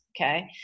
okay